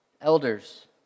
Elders